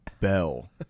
Bell